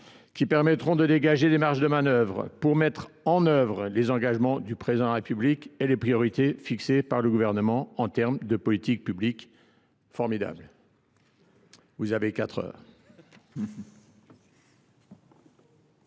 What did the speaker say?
qui permettront de dégager des marges de manœuvre pour mettre en œuvre les engagements du Président de la République et les priorités fixées par le Gouvernement en termes de politique publique. » Formidable ! Vous avez quatre heures…